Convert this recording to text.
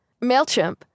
MailChimp